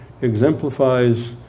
exemplifies